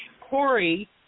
Corey